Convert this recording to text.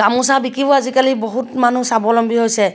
গামোচা বিকিও আজিকালি বহুত মানুহ স্বাৱলম্বী হৈছে